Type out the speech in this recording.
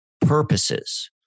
purposes